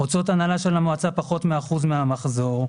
הוצאות הנהלה של המועצה פחות מ-1% מן המחזור.